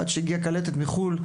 עד שהגיעה קלטת מחו"ל,